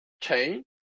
chain